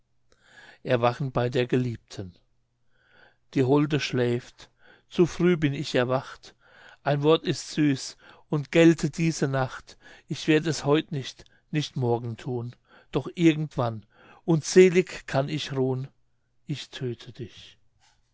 erwachen bei der geliebten die holde schläft zu früh bin ich erwacht ein wort ist süß und gelte diese nacht ich werd es heute nicht nicht morgen tun doch irgendwann und selig kann ich ruhn ich töte dich